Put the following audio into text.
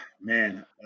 man